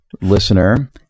listener